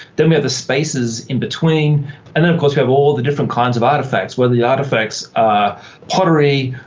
then we have the spaces in between and then of course we have all the different kinds of artefacts, whether the artefacts are pottery,